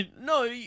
No